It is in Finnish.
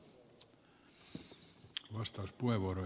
arvoisa puhemies